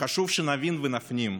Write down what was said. חשוב שנבין ונפנים: